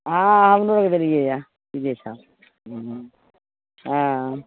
हँ हमरो एहिबेर देलियै यऽ तीरे छाप हूँ हँ